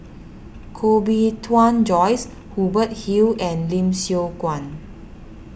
Koh Bee Tuan Joyce Hubert Hill and Lim Siong Guan